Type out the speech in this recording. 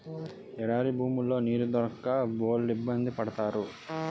ఎడారి భూముల్లో నీళ్లు దొరక్క బోలెడిబ్బంది పడతారు